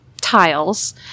tiles